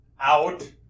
out